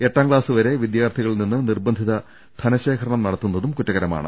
എട്ടാം ക്ലാസ് വരെ വിദ്യാർത്ഥികളിൽ നിന്നും നിർബന്ധിത ധനശേഖരണം നടത്തുന്നതും കുറ്റകരമാണ്